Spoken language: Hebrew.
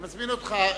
אני מזמין אותך.